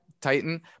titan